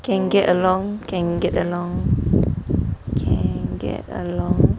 can get along can get along can get along